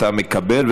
אתה מקבל,